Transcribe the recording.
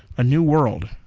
a new world,